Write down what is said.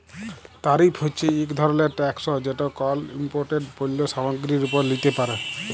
তারিফ হছে ইক ধরলের ট্যাকস যেট কল ইমপোর্টেড পল্য সামগ্গিরির উপর লিতে পারে